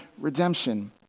redemption